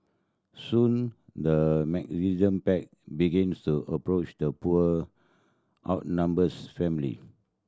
soon the pack begin to approach the poor outnumbers family